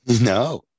No